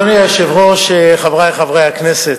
אדוני היושב-ראש, חברי חברי הכנסת,